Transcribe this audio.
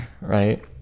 right